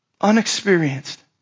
unexperienced